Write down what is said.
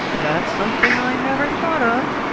that's something i never thought of,